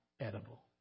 edible